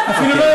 לענות.